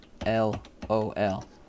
L-O-L